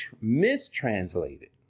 mistranslated